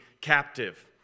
captive